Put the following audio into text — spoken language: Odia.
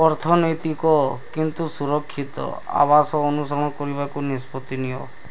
ଅର୍ଥନୈତିକ କିନ୍ତୁ ସୁରକ୍ଷିତ ଆବାସ ଅନୁସରଣ କରିବାକୁ ନିଷ୍ପତ୍ତି ନିଅ